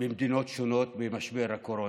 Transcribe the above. במדינות שונות במשבר הקורונה.